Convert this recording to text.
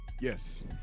yes